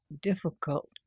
difficult